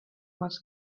les